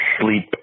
sleep